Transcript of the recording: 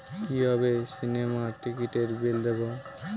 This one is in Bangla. কিভাবে সিনেমার টিকিটের বিল দেবো?